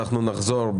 שלח לנו את